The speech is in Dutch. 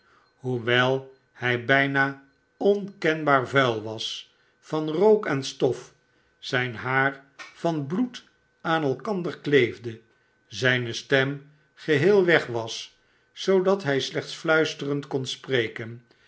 hoewel hij bijna onkenbaar vuil was van rook en stof zijn haar van bloed aan elkander kleefde zijne stem geheel weg was zoodat hij slechts fluisterend kon spreken